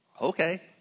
Okay